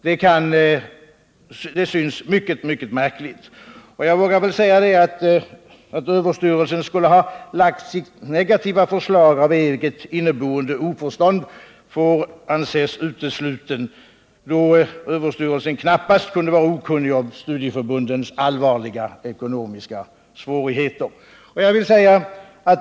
Och jag vågar säga att det får anses uteslutet att skolöverstyrelsen har framlagt sitt negativa förslag av eget inneboende oförstånd, då skolöverstyrelsen knappast kan ha varit okunnig om studieförbundens allvarliga ekonomiska svårigheter.